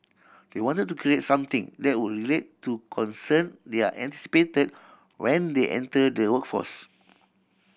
they wanted to create something that would relate to concern they are anticipated when they enter the workforce